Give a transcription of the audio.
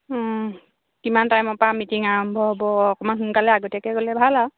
কিমান টাইমৰপৰা মিটিং আৰম্ভ হ'ব অকণমান সোনকালে আগতীয়াকৈ গ'লে ভাল আৰু